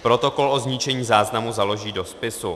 Protokol o zničení záznamu založí do spisu.